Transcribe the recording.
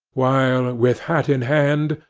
while, with hat in hand,